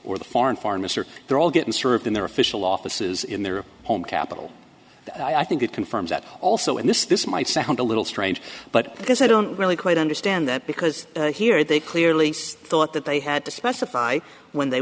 or the foreign foreign minister they're all getting served in their official offices in their home capital i think it confirms that also in this this might sound a little strange but because i don't really quite understand that because here they clearly thought that they had to specify when they